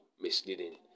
misleading